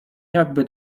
jakby